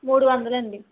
మూడు వందలు అండి